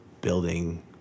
building